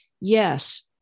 yes